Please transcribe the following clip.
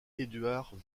eduard